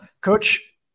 Coach